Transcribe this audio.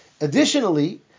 Additionally